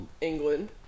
England